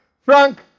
Frank